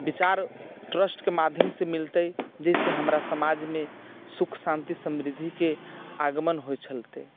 विचार ट्रस्टके माध्यमसँ मिलतै जाहिसँ हमरा समाजमे सुख शान्ति समृद्धिके आगमन होइत चलतै